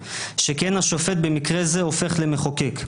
שכן השופט במקרה זה הופך למחוקק.